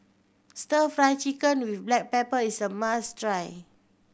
Stir Fry Chicken with black pepper is a must try